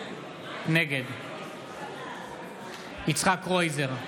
נגד יצחק קרויזר,